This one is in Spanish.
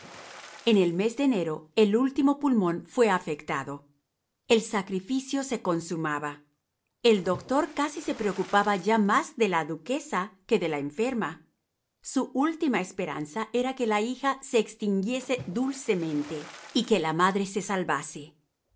en el mes de enero el último pulmón fue afectado el sacrificio se consumaba el doctor casi se preocupaba ya más de la duquesa que de la enferma su última esperanza era que la hija se extinguiese dulcemente y que la madre se salvase